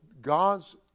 God's